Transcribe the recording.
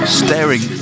staring